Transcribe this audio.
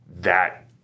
that-